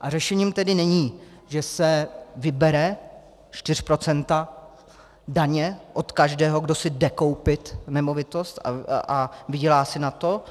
A řešením tedy není, že se vyberou 4 % daně od každého, kdo si jde koupit nemovitost a vydělá si na to,